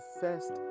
first